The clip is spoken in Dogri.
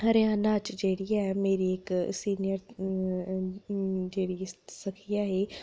हरियाणा च जेह्ड़ी ऐ मेरी इक सिनीयर जेह्ड़ी सखी ऐ ही